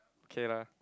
okay lah